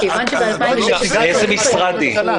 --- מאיזה משרד היא?